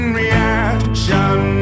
reaction